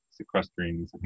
sequestering